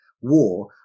war